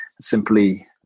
simply